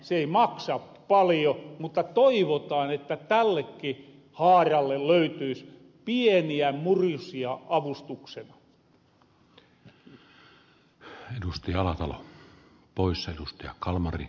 se ei maksa paljo mutta toivotaan että tälleki haaralle löytyis pieniä murusia avustuksena